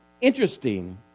Interesting